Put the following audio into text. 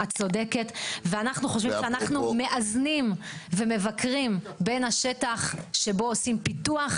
אנחנו חושבים שאנחנו מאזנים ומבקרים בין השטח שבו עושים פיתוח,